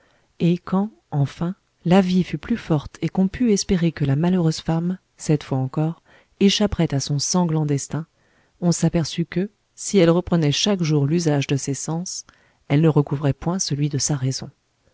et quand enfin la vie fut plus forte et qu'on pût espérer que la malheureuse femme cette fois encore échapperait à son sanglant destin on s'aperçut que si elle reprenait chaque jour l'usage de ses sens elle ne recouvrait point celui de sa raison